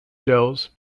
shows